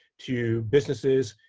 to businesses,